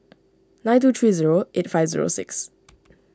nine two three zero eight five zero six